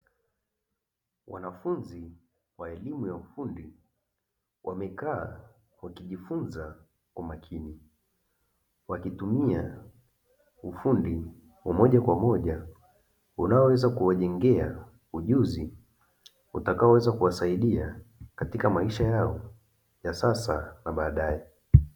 Wanafunzi wa elimu ya ufundi wamekaa wakijifunza kwa makini, wakitumia ufundi wa moja kwa moja unaoweza kuwajengea ujuzi utakaoweza kuwasaidia katika maisha yao ya sasa na baadae.